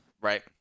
Right